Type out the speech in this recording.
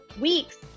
weeks